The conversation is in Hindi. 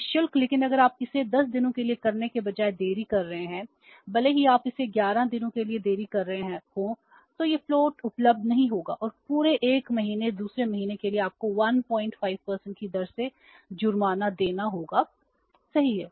नि शुल्क लेकिन अगर आप इसे 10 दिनों के लिए करने के बजाय देरी कर रहे हैं भले ही आप इसे 11 दिनों के लिए देरी कर रहे हों तो यह फ्लोट उपलब्ध नहीं होगा और पूरे 1 महीने दूसरे महीने के लिए आपको 15 की दर से जुर्माना देना होगा सही है